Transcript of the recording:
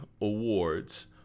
awards